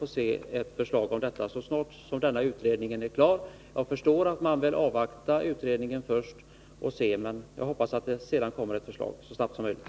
Jag förstår att man först vill avvakta utredningen, men jag hoppas verkligen att det, sedan utredningen är klar, kommer ett förslag så snabbt som möjligt.